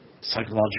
psychological